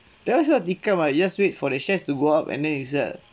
then might as well tikam you just wait for the shares to go up and then you sell